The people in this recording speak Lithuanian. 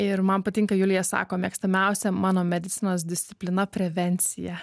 ir man patinka julija sako mėgstamiausia mano medicinos disciplina prevencija